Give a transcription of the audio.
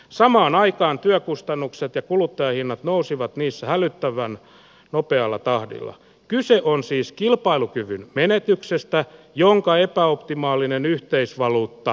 samaan aikaan työkustannukset ja kuluttajahinnat nousivat niissä hälyttävän nopealla tahdilla kyse on siis kilpailukyvyn menetyksestä jonka epäoptimaalinen yhteisvaluutta